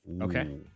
Okay